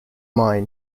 mine